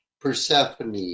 Persephone